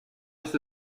ist